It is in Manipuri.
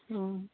ꯑꯣ